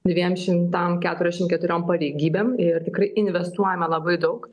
dviem šimtam keturiasdešimt keturiom pareigybėm ir tikrai investuojame labai daug